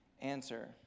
Answer